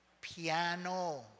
Piano